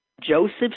Joseph